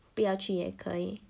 不要去也可以